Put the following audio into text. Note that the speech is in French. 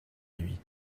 lui